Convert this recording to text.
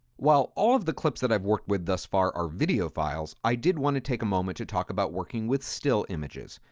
while all of the clips that i've worked with thus far are video files, i did want to take a moment to talk about working with still images.